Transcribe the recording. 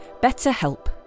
BetterHelp